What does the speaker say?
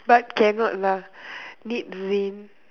but cannot lah need rain